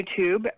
YouTube